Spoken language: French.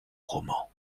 roman